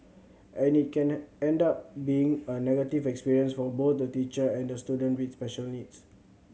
and it can end end up being a negative experience for both the teacher and the student with special needs